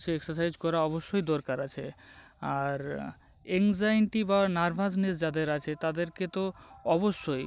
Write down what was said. সেই এক্সাসাইজ করা অবশ্যই দরকার আছে আর এংজায়টি বা নার্ভাসনেস যাদের আছে তাদেরকে তো অবশ্যই